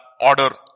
order